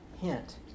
hint